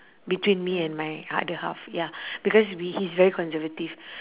between me and my other half ya because we he's very conservative